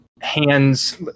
hands